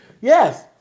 Yes